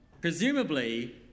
presumably